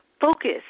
focus